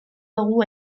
dugu